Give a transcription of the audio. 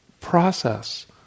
process